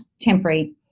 temporary